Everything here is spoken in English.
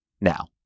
Now